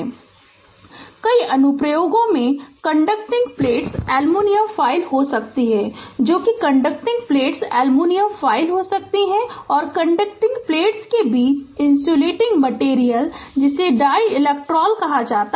Refer Slide Time 3211 कई अनुप्रयोगों में कंडक्टिंग प्लेट्स एल्युमिनियम फॉयल हो सकती हैं जो कि कंडक्टिंग प्लेट्स एल्युमिनियम फॉयल हो सकती हैं और कंडक्टिंग प्लेट्स के बीच इंसुलेटिंग मैटेरियल जिसे डाइइलेक्ट्रिक कहा जाता है